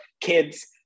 kids